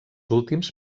últims